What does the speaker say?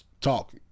Talk